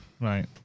right